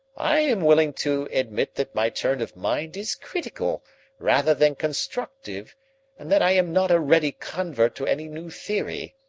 i am willing to admit that my turn of mind is critical rather than constructive and that i am not a ready convert to any new theory,